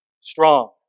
strong